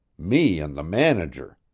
me and the manager!